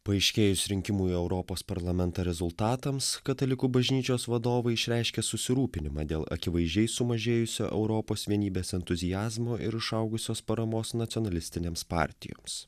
paaiškėjus rinkimų į europos parlamentą rezultatams katalikų bažnyčios vadovai išreiškė susirūpinimą dėl akivaizdžiai sumažėjusio europos vienybės entuziazmo ir išaugusios paramos nacionalistinėms partijoms